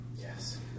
Yes